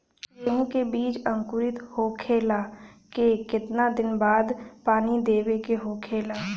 गेहूँ के बिज अंकुरित होखेला के कितना दिन बाद पानी देवे के होखेला?